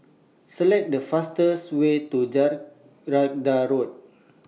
Select The fastest Way to Jacaranda Road